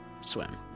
swim